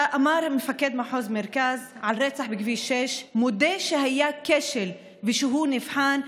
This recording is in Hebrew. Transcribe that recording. אמר מפקד מחוז מרכז על הרצח בכביש 6: מודה שהיה כשל ושהוא נבחן,